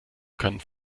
können